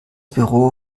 büro